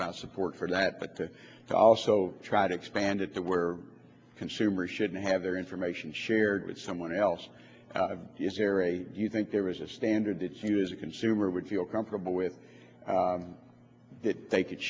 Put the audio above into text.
about support for that but to also try to expand it there were consumers shouldn't have their information shared with someone else is there a you think there was a standard that you as a consumer would feel comfortable with that they could